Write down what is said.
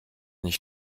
nicht